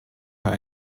her